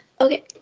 Okay